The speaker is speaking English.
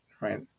right